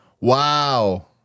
Wow